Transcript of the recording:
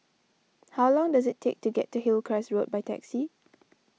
how long does it take to get to Hillcrest Road by taxi